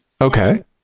Okay